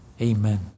Amen